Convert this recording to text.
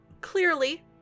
clearly